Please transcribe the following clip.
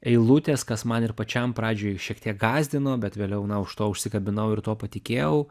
eilutės kas man ir pačiam pradžioj šiek tiek gąsdino bet vėliau na už to užsikabinau ir tuo patikėjau